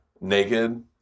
Naked